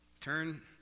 Turn